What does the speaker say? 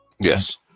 Yes